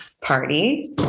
party